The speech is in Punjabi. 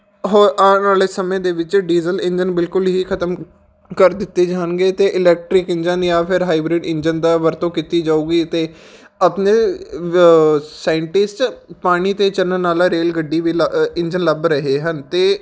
ਹ ਆਉਣ ਵਾਲੇ ਸਮੇਂ ਦੇ ਵਿੱਚ ਡੀਜ਼ਲ ਇੰਜਨ ਬਿਲਕੁਲ ਹੀ ਖਤਮ ਕਰ ਦਿੱਤੇ ਜਾਣਗੇ ਅਤੇ ਇਲੈਕਟਰਿਕ ਇੰਜਨ ਜਾਂ ਫਿਰ ਹਾਈਬ੍ਰਿਡ ਇੰਜਨ ਦਾ ਵਰਤੋਂ ਕੀਤੀ ਜਾਵੇਗੀ ਅਤੇ ਆਪਣੇ ਸਾਇੰਟਿਸਟ ਪਾਣੀ 'ਤੇ ਚੱਲਣ ਵਾਲਾ ਰੇਲ ਗੱਡੀ ਵੀ ਲ ਇੰਜਨ ਲੱਭ ਰਹੇ ਹਨ ਅਤੇ